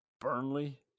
Burnley